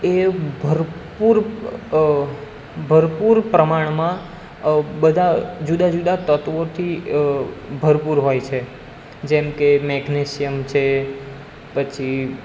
એ ભરપૂર ભરપૂર પ્રમાણમાં બધા જુદા જુદા તત્ત્વોથી ભરપૂર હોય છે જેમકે મેગ્નેશિયમ છે પછી